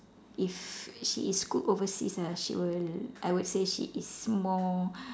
if she is good overseas ah she will I would say she is more